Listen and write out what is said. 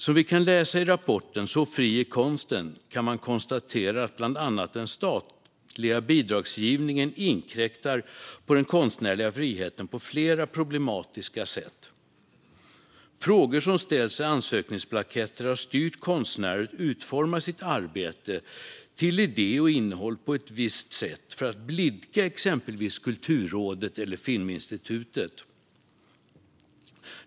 Som vi kan läsa i rapporten Så fri är konsten inkräktar bland annat den statliga bidragsgivningen på den konstnärliga friheten på flera problematiska sätt. Frågor som ställs på ansökningsblanketter har styrt konstnärer att till idé och innehåll utforma sitt arbete på ett visst sätt för att blidka exempelvis Kulturrådet eller Filminstitutet.